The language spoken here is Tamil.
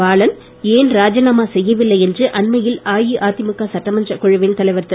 பாலன் ஏன் ராஜினாமா செய்யவில்லை என்று அண்மையில் அஇஅதிக சட்டமன்றக் குழுவின் தலைவர் திரு